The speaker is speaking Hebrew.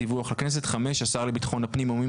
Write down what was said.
דיווח לכנסת 5. השר לביטחון הפנים או מי